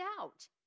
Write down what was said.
out